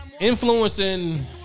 Influencing